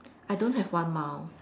I don't have one mile